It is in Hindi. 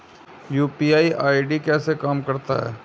यू.पी.आई आई.डी कैसे काम करता है?